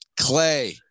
Clay